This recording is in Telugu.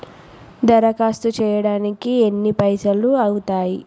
దరఖాస్తు చేయడానికి ఎన్ని పైసలు అవుతయీ?